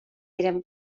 diren